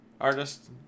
artist